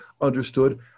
understood